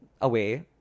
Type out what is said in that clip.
away